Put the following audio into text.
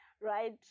right